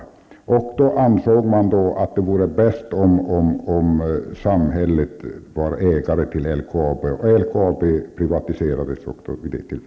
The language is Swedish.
Man ansåg att det vore bäst om samhället då var ägare till LKAB. LKAB förstatligades också vid det tillfället.